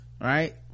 right